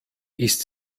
ist